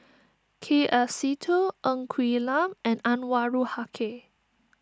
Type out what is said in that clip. K F Seetoh Ng Quee Lam and Anwarul Haque